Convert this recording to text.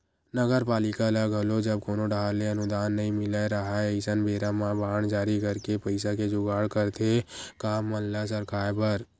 नगरपालिका ल घलो जब कोनो डाहर ले अनुदान नई मिलत राहय अइसन बेरा म बांड जारी करके पइसा के जुगाड़ करथे काम मन ल सरकाय बर